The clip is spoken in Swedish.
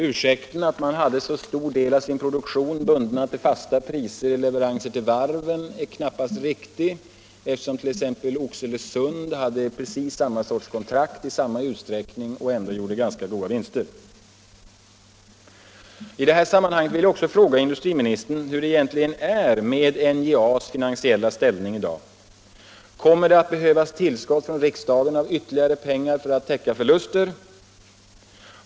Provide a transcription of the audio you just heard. Ursäkten att man bundit sig att leverera stora delar av produktionen till varven till fasta priser är knappast riktig eftersom t.ex. Oxelösunds Järnverk hade precis samma sorts kontrakt i lika stor utsträckning och ändå gjorde ganska goda vinster. I detta sammanhang vill jag också fråga hur det egentligen är med NJA:s finansiella ställning i dag. Kommer det att behövas tillskott från riksdagen av pengar för att täcka förluster?